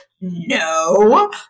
No